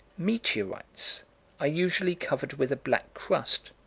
meteorites are usually covered with a black crust,